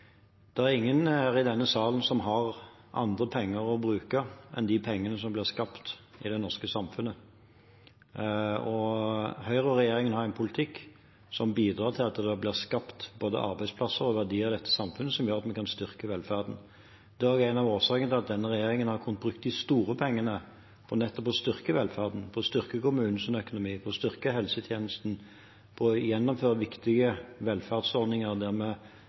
er ingen her i denne sal som har andre penger å bruke enn de pengene som blir skapt i det norske samfunnet. Høyre og regjeringen har en politikk som bidrar til at det blir skapt både arbeidsplasser og verdier i dette samfunnet, noe som gjør at vi kan styrke velferden. Det er også en av årsakene til at denne regjeringen har kunnet bruke de store pengene på nettopp å styrke velferden, på å styrke kommunenes økonomi, på å styrke helsetjenesten, på å gjennomføre viktige velferdsordninger der